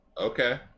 Okay